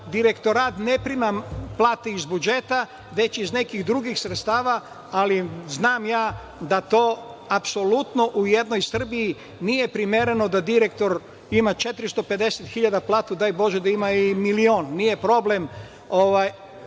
Direktorat ne prima plate iz budžeta već iz nekih drugih sredstava, ali znam da apsolutno u jednoj Srbiji nije primereno da jedan direktor ima 450.000 platu. Daj bože da ima i milion, nije problem,